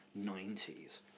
90s